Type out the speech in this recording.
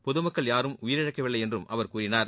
பொதுமக்கள் யாரும் உயிரிழக்கவில்லை என்றும் அவர் கூறினார்